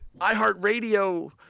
iHeartRadio